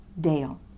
Dale